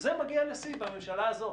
וזה מגיע לשיא בממשלה הזאת